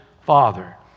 father